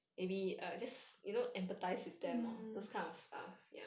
mm